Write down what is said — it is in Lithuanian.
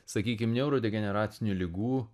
sakykim neurodegeneracinių ligų